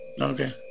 Okay